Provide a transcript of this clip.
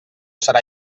serà